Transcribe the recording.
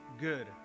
good